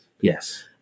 Yes